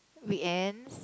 weekends